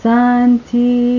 Santi